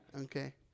okay